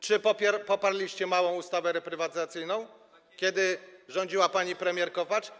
Czy poparliście małą ustawę reprywatyzacyjną, kiedy rządziła pani premier Kopacz?